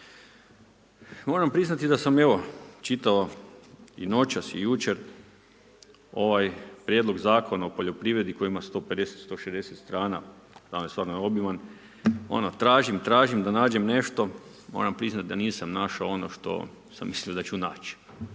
Moram priznati da sam evo, čitao i noćas i jučer ovaj prijedlog Zakona o poljoprivredi, koji ima 150-160 str. stvarno je obilan, tražim, tražim da nađem nešto, moram priznati da nisam našao ono što sam mislio da ću naći.